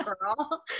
girl